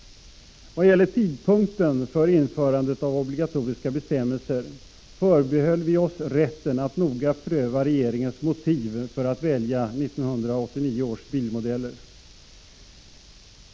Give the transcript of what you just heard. Vad gäller tidpunkten för införandet av obligatoriska bestämmelser förbehöll vi oss rätten att noga pröva regeringens motiv för att välja 1989 års bilmodeller.